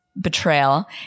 betrayal